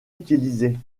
utilisés